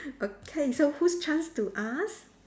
okay so who's chance to ask